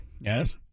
Yes